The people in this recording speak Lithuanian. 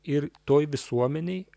ir toj visuomenėj